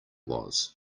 was